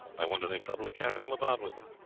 i wonder they trouble to carry them about with them,